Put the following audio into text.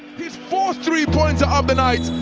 his fourth three-pointer of the night,